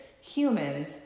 humans